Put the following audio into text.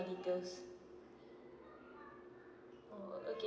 details oh okay